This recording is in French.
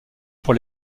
pour